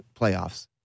playoffs